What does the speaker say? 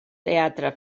teatre